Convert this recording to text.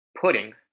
pudding